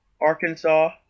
Arkansas